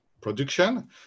production